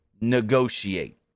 negotiate